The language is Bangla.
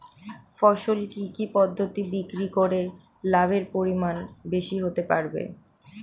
ফসল কি কি পদ্ধতি বিক্রি করে লাভের পরিমাণ বেশি হতে পারবে?